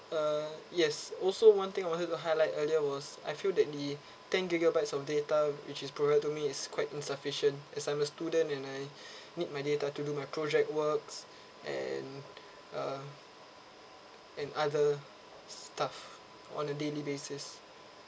uh yes also one thing I wanted to highlight earlier was I feel that the ten gigabytes of data which is provide to me is quite insufficient as I'm a student and I need my data to do my project works and uh and other stuff on a daily basis